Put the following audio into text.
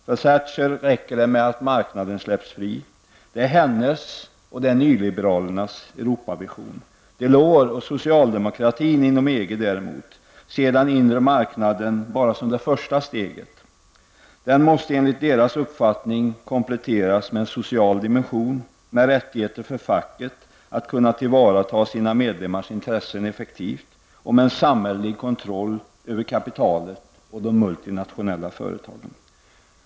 För Thatcher räcker det med att marknaden släpps fri. Det är hennes och nyliberalernas Europavision. Delors och socialdemokratin inom EG ser däremot den inre marknaden bara som det första steget. Den måste enligt deras uppfattning kompletteras med en social dimension, med rättigheter för facket att kunna tillvarata medlemmarnas intressen effektivt och med samhällelig kontroll över kapitalet och de multinationella företagen.